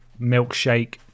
milkshake